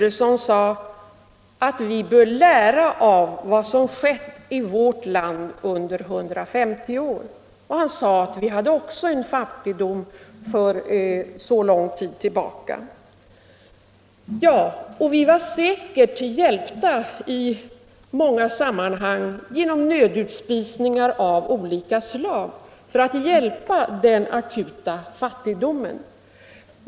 Han sade att vi bör lära av vad som skett i vårt land under 150 år och att vi också hade en fattigdom så långt tillbaka i tiden. Ja, och vi var säkert hjälpta i många sammanhang genom nödutspisningar av olika slag som sattes in mot den akuta fattigdomen.